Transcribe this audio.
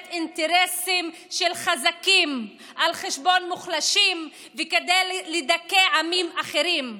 אינטרסים של חזקים על חשבון מוחלשים וכדי לדכא עמים אחרים.